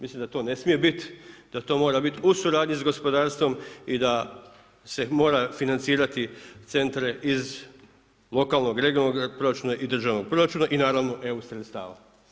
Mislim da to ne smije biti, da to mora biti u suradnji sa gospodarstvom i da se mora financirati centre iz lokalnog, regionalnog proračuna i državnog proračuna i naravno EU sredstava.